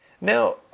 Now